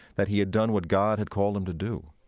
that he had done what god had called him to do